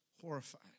horrified